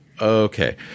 Okay